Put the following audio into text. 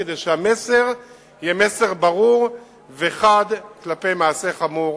כדי שהמסר יהיה מסר ברור וחד כלפי מעשה חמור